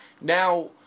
Now